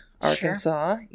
Arkansas